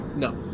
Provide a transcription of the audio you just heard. No